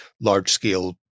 large-scale